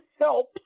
help